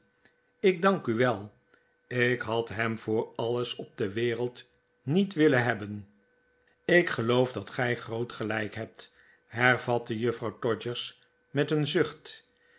ik dank u wel ik had hem voor alles op de wereld niet willen hebben ik geloof dat gij groot gelijk hebt hervatte juffrouw todgers met een zucht